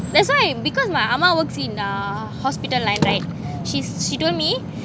that's why because my ah mah works in a hospital line right she's she told me